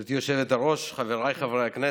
גברתי היושבת-ראש, חבריי חברי הכנסת,